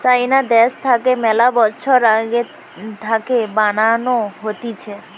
চাইনা দ্যাশ থাকে মেলা বছর আগে থাকে বানানো হতিছে